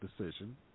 decision